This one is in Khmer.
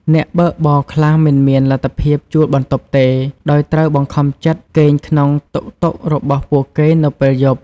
អ្នកបើកបរខ្លះមិនមានលទ្ធភាពជួលបន្ទប់ទេ ដោយត្រូវបង្ខំចិត្តគេងក្នុងតុកតុករបស់ពួកគេនៅពេលយប់។